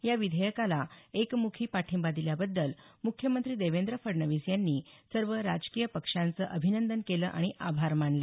या विधेयकाला एकमुखी पाठिंबा दिल्याबद्दल मुख्यमंत्री देवेंद्र फडणवीस यांनी सर्व राजकीय पक्षांचं अभिनंदन केलं आणि आभार मानले